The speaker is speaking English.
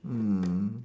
mm